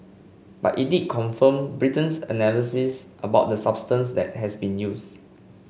but it did confirm Britain's analysis about the substance that has been used